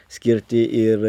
skirti ir